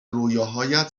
رویاهایت